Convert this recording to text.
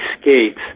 Skates